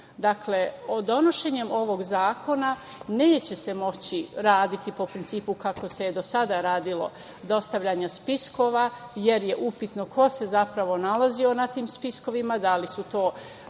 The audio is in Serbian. Dakle, donošenjem ovog zakona neće se moći raditi po principu kako se do sada radilo dostavljanje spiskova, jer je upitno ko se zapravo nalazio na tim spiskovima, da li su to